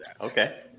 Okay